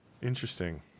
Interesting